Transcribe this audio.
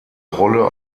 rolle